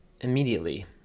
Immediately